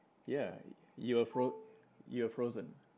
ya you were fro~ you were frozen